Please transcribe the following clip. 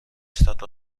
stato